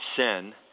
sin